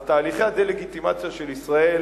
אז תהליכי הדה-לגיטימציה של ישראל